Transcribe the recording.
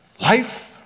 life